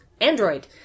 Android